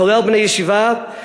כולל בני-ישיבה,